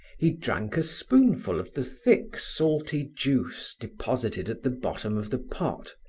he drank a spoonful of the thick salty juice deposited at the bottom of the pot.